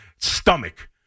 stomach